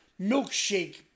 milkshake